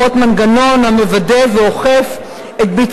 מה הוא עושה, והוא עושה את זה